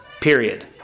period